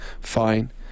Fine